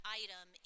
item